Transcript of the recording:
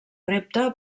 repte